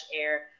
air